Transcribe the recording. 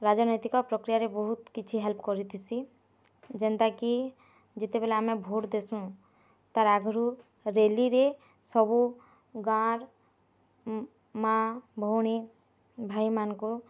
ରାଜନୈତିକ ପକ୍ରିୟାରେ ବହୁତ୍ କିଛି ହେଲ୍ପ୍ କରିଥିସି ଯେନ୍ତା କି ଯେତେବେଲେ ଆମେ ଭୋଟ୍ ଦେସୁଁ ତାର୍ ଆଗରୁ ରେଲିରେ ସବୁ ଗାଁର୍ ମା ଭଉଣୀ ଭାଇମାନଙ୍କୁ